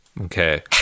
Okay